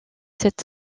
sept